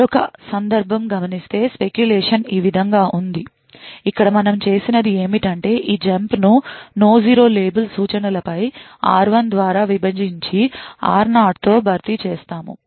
మరొక సందర్భం గమనిస్తే speculation ఈ విధంగా ఉంది ఇక్కడ మనం చేసినది ఏమిటంటే ఈ జంప్ను no 0 లేబుల్ సూచనలపై r1 ద్వారా విభజించి r0 తో భర్తీ చేసాము